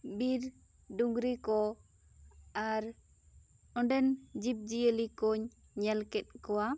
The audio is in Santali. ᱵᱤᱨ ᱰᱩᱝᱜᱨᱤ ᱠᱚ ᱟᱨ ᱚᱸᱰᱮᱱ ᱡᱤᱵᱽ ᱡᱤᱭᱟᱹᱞᱤ ᱠᱚᱧ ᱧᱮᱞ ᱠᱮᱫ ᱠᱚᱣᱟ